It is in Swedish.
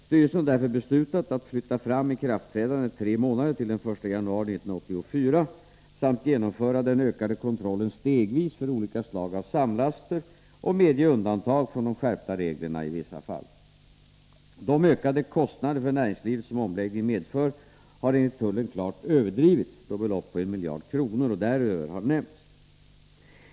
Styrelsen har därför beslutat att flytta fram ikraftträdandet tre månader till den 1 januari 1984 samt genomföra den ökade kontrollen stegvis för olika slag av samlaster och medge undantag från de skärpta reglerna i vissa fall. De ökade kostnader för näringslivet som omläggningen medför har enligt tullen klart överdrivits, då belopp på en miljard kronor och däröver har nämnts.